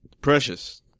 Precious